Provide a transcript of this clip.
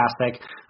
fantastic